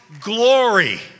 glory